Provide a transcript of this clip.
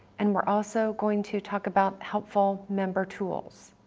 and we're also going to talk about helpful member tools.